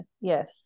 Yes